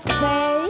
say